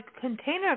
container